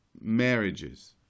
marriages